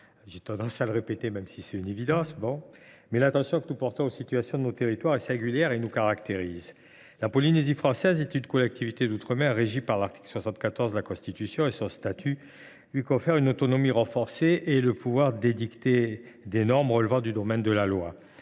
J’ai tendance à le répéter, même si c’est une évidence, car l’attention que nous portons aux situations de nos territoires est singulière et nous caractérise. La Polynésie française est une collectivité d’outre mer régie par l’article 74 de la Constitution. Son statut lui confère une autonomie renforcée et le pouvoir d’édicter des normes relevant du domaine de la loi.